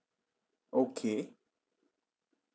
okay